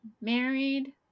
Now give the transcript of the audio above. married